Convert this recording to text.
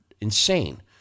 insane